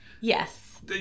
Yes